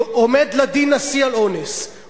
עומד לדין נשיא על אונס,